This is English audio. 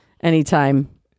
anytime